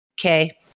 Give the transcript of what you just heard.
Okay